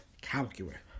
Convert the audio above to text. Calculator